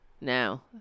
now